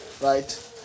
right